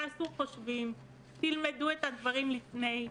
תעשו חושבים, תלמדו את הדברים לפני כן.